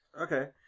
Okay